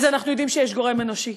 אז אנחנו יודעים שיש גורם אנושי,